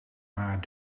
maar